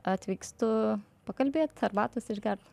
atvykstu pakalbėt arbatos išgert